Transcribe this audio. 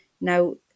Now